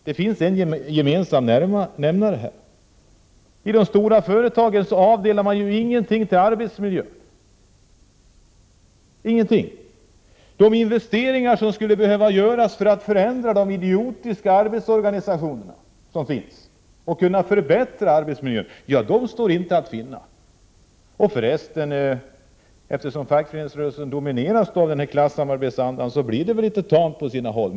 Det finns en gemensam nämnare här: de stora företagen avdelar ingenting till arbetsmiljön. De investeringar som skulle behöva göras för att förändra de idiotiska arbetsorganisationer som finns och förbättra arbetsmiljön står inte att finna. Och eftersom fackföreningsrörelsen domineras av klassamarbetsandan blir det för resten litet tamt på sina håll.